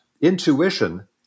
intuition